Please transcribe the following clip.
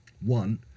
One